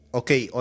okay